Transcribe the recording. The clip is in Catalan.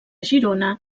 girona